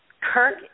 Kirk